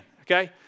okay